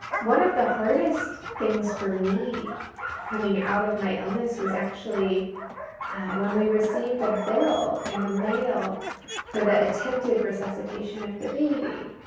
one of the hardest things for me coming out of my illness was actually when we received a bill in the mail for the attempted resuscitation of the baby.